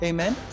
Amen